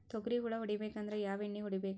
ತೊಗ್ರಿ ಹುಳ ಹೊಡಿಬೇಕಂದ್ರ ಯಾವ್ ಎಣ್ಣಿ ಹೊಡಿಬೇಕು?